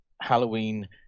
*Halloween*